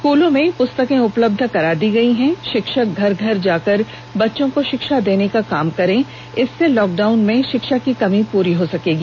स्कूलों में पुस्तकें उपलब्ध करवा दी गयी है शिक्षक घर घर जाकर बच्चों को शिक्षा देने का काम करें इससे लॉकडाउन में शिक्षा की कमी पूरी हो जायेगी